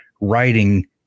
writing